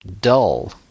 dull